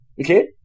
Okay